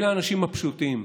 אלה האנשים הפשוטים,